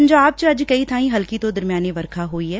ਪੰਜਾਬ ਚ ਅੱਜ ਕਈ ਬਾਈ ਹਲਕੀ ਤੋ ਦਰਮਿਆਨੀ ਵਰਖਾ ਹੋਈ ਐ